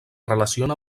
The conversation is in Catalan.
relaciona